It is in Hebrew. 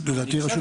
תקריא,